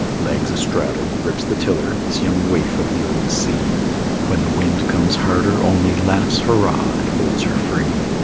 legs a-straddle, grips the tiller this young waif of the old sea when the wind comes harder, only laughs hurrah! and holds her free.